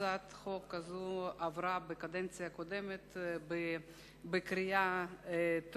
הצעת החוק הזאת עברה בקדנציה הקודמת בקריאה טרומית.